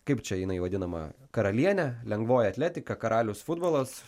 kaip čia jinai vadinama karaliene lengvoji atletika karalius futbolas